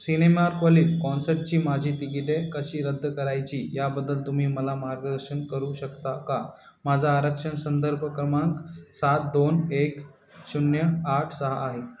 सिनेमार्कवाली कॉन्सर्टची माझी तिकिटे कशी रद्द करायची याबद्दल तुम्ही मला मार्गदर्शन करू शकता का माझा आरक्षण संदर्भ क्रमांक सात दोन एक शून्य आठ सहा आहे